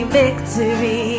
victory